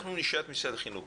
אנחנו נשאל את משרד החינוך.